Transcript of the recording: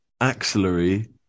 axillary